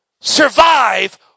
survive